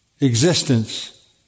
existence